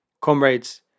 Comrades